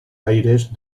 aires